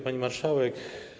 Pani Marszałek!